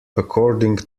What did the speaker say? according